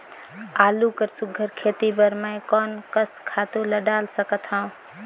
आलू कर सुघ्घर खेती बर मैं कोन कस खातु ला डाल सकत हाव?